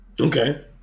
Okay